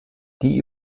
die